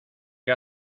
que